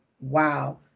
wow